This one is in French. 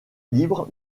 libres